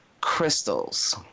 crystals